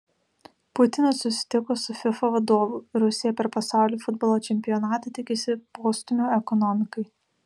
putinas susitiko su fifa vadovu rusija per pasaulio futbolo čempionatą tikisi postūmio ekonomikai